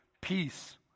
Peace